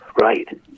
right